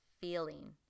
feeling